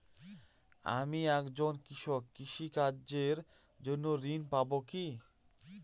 আমি একজন কৃষক কৃষি কার্যের জন্য ঋণ পাব কি?